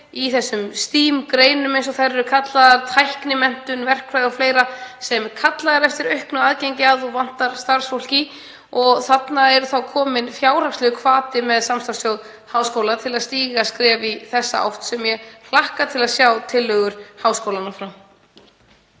í þessum STEM-greinum, eins og þær eru kallaðar, tæknimenntun, verkfræði og fleira þar sem kallað er eftir auknu aðgengi og vantar starfsfólk í. Þarna er þá kominn fjárhagslegur hvati með samstarfssjóði háskóla til að stíga skref í þessa átt og ég hlakka til að sjá tillögur háskólanna.